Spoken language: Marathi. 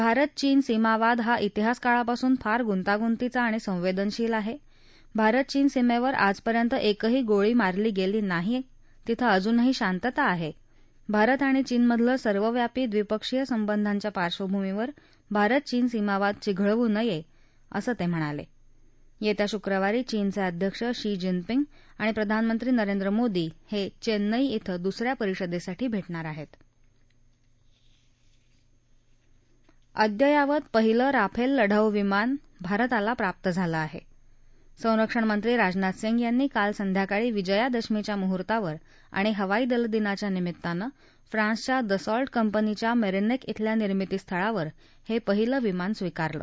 भारत चीन सीमावाद हा इतिहास काळापासून फार गुंतागुंतीचा आणि संवटिशील आहा मारत चीन सीमध्वि गल्खा काही दशकांमध्क्रिही गोळी झाडली गसी नाही तिथं अजूनही शांतता आहा मारत आणि चीनमधल्या सर्वकष द्विपक्षीय संबंधाच्या पार्श्वभूमीवर सीमावाद चिघळू नयव्रिसं तक्रिणाल अखा शुक्रवारी चीनचविध्यक्ष शी जिनपिंग आणि प्रधानमंत्री नरेंद्र मोदी हखिलिई इथं दुसऱ्या परिषदखिठी भाष्ट्राार आहस्त अद्ययावत पहिलं राफलि लढाऊ विमान भारताला प्राप्त झालं आह संरक्षणमंत्री राजनाथ सिंग यांनी काल संध्याकाळी विजयादशमीच्या मुहूर्तावर आणि हवाई दल दिनाच्या निमित्तानं फ्रांसच्या दसॉल कंपनीच्या मसिक्विइथल्या निर्मिती स्थळावर ह पहिलं विमान स्वीकारलं